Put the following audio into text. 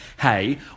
hey